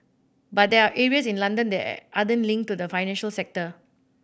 but there are areas in London that aren't linked to the financial sector